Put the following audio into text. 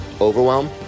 overwhelm